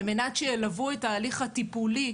על מנת שילוו את ההליך הטיפולי,